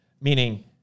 Meaning